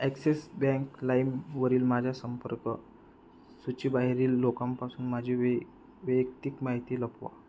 axis Bank लाईमवरील माझ्या संपर्कसूचीबाहेरील लोकांपासून माझी वे वैयक्तिक माहिती लपवा